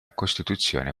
costituzione